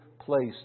place